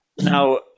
now